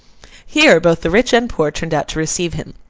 here, both the rich and poor turned out to receive him,